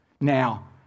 Now